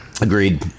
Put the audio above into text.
Agreed